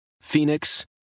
Phoenix